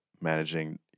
managing